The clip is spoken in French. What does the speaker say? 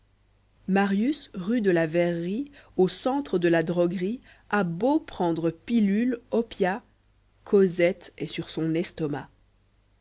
marius rue de la verrerie au centre de la droguerie a beau prendre pillulc opiat cosette est sur son estomac